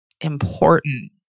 important